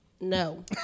No